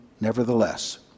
nevertheless